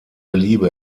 liebe